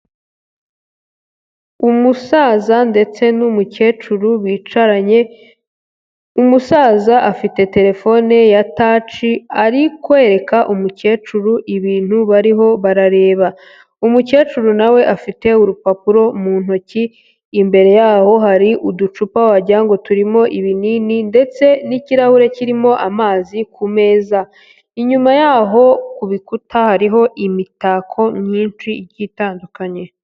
Umusaza ndetse n'umukecuru bicaranye, umusaza afite telefone ya taci ari kwereka umukecuru ibintu bariho barareba, umukecuru nawe afite urupapuro mu ntoki, imbere yaho hari uducupa wagira ngo turimo ibinini ndetse n'ikirahure kirimo amazi ku meza, inyuma yaho ku bikuta hariho imitako myinshi igiye itandukanye.